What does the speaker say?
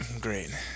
Great